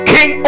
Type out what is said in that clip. King